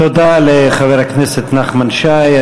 תודה לחבר הכנסת נחמן שי.